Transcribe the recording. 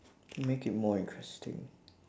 to make it more interesting